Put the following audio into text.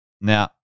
now